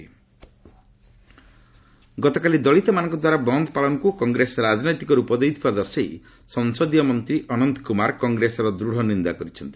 ଅନନ୍ତ କଂଗ୍ରେସ ଗତକାଲି ଦଳିତମାନଙ୍କ ଦ୍ୱାରା ବନ୍ଦ ପାଳନକୁ କଂଗ୍ରେସ ରାଜନୈତିକ ରୂପ ଦେଉଥିବା ଦର୍ଶାଇ ସଂସଦୀୟ ମନ୍ତ୍ରୀ ଅନନ୍ତ କୁମାର କଂଗ୍ରେସର ଦୃଢ଼ ନିନ୍ଦା କରିଛନ୍ତି